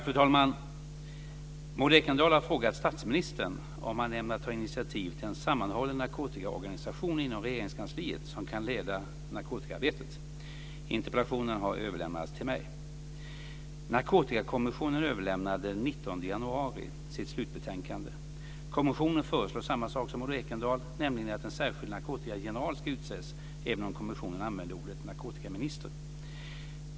Fru talman! Maud Ekendahl har frågat statsministern om han ämnar ta initiativ till en sammanhållen narkotikaorganisation inom regeringskansliet som kan leda narkotikaarbetet. Interpellationen har överlämnats till mig. 19 januari sitt slutbetänkande. Kommissionen föreslår samma sak som Maud Ekendahl, nämligen att en särskild narkotikageneral ska utses, även om kommissionen använder ordet narkotikaminister.